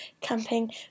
camping